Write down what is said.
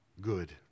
good